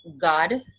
God